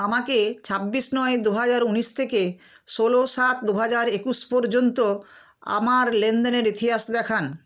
আমাকে ছাব্বিশ নয় দু হাজার ঊনিশ থেকে ষোলো সাত দু হাজার একুশ পর্যন্ত আমার লেনদেনের ইতিহাস দেখান